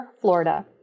Florida